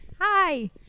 Hi